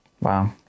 Wow